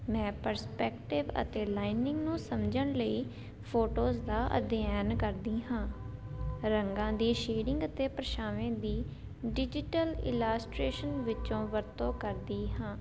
ਮੈਂ ਪ੍ਰਸਪੈਕਟਿਵ ਅਤੇ ਲਾਈਨਿੰਗਸ ਨੂੰ ਸਮਝਣ ਲਈ ਫੋਟੋਜ ਦਾ ਅਧਿਐਨ ਕਰਦੀ ਹਾਂ ਰੰਗਾਂ ਦੀ ਸ਼ੇਡਿੰਗ ਅਤੇ ਪਰਛਾਵੇਂ ਦੀ ਡਿਜੀਟਲ ਇਲਾਸਟਰੇਸ਼ਨ ਵਿੱਚੋਂ ਵਰਤੋਂ ਕਰਦੀ ਹਾਂ